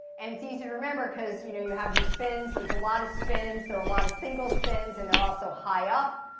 and it's easier to remember because, you know, you have these spins. there's a lot of spins. there are a lot of single spins and they're also high up.